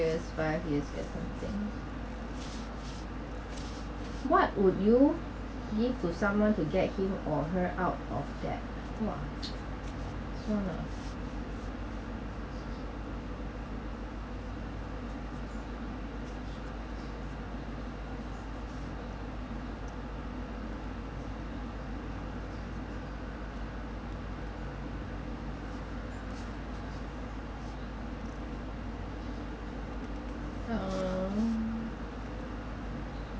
years five years get something what would you give to someone to get him or her out of debt !wah! this [one] ah err